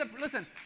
listen